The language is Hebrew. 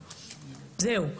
זהו.